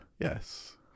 yes